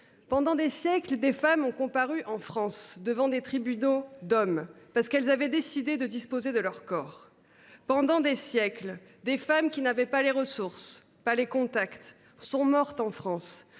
Pendant des siècles, des femmes ont comparu en France, devant des tribunaux d’hommes, parce qu’elles avaient décidé de disposer de leurs corps. Pendant des siècles, des femmes, qui n’avaient pas les ressources, pas les contacts, sont mortes, en France,